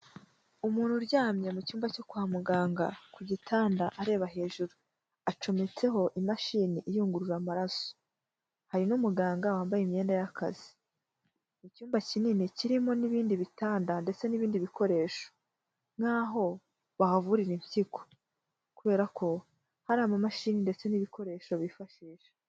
Umuntu uryamye mu cyumba cyo kwa muganga ku gitanda areba hejuru, acometseho imashini iyungurura amaraso, hari n'umuganga wambaye imyenda y'akazi, ni icyumba kinini kirimo n'ibindi bitanda ndetse n'ibindi bikoresho nkaho bahavurira impyiko kubera ko hari amamashini ndetse n'ibikoresho bifashisha.